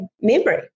memory